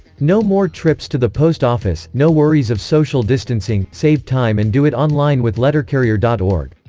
no more trips to the post office, no worries of social distancing, save time and do it online with lettercarrier dot org